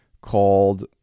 called